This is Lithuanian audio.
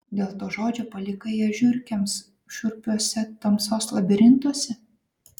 dėl to žodžio palikai ją žiurkėms šiurpiuose tamsos labirintuose